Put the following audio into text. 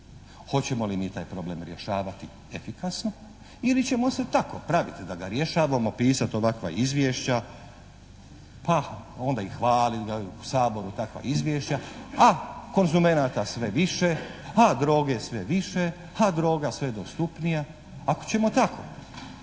hoćemo li mi taj problem rješavati efikasno ili ćemo ostaviti tako, praviti se da ga rješavamo, pisati ovakva izvješća pa onda ih hvalili u Saboru takva izvješća, a konzumenata sve više, a droge sve više, a droga sve dostupnija, ako ćemo tako